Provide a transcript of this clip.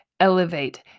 elevate